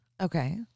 Okay